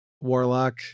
Warlock